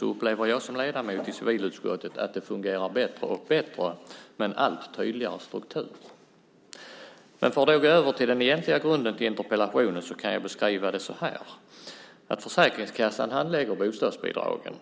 Jag upplever som ledamot i civilutskottet att det fungerar bättre och bättre med en allt tydligare struktur. Men för att då gå över till den egentliga grunden till interpellationen kan jag beskriva det så här: Försäkringskassan handlägger bostadsbidragen.